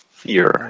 fear